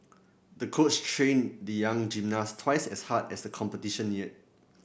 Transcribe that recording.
the coach trained the young gymnast twice as hard as the competition neared